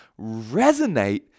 resonate